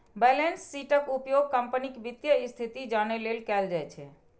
balance शीटक उपयोग कंपनीक वित्तीय स्थिति जानै लेल कैल जाइ छै